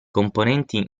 componenti